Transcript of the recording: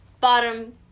bottom